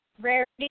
Rarity